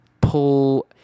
pull